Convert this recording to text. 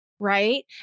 Right